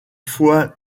foy